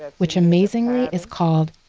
ah which amazingly is called,